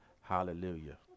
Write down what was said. Hallelujah